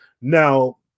Now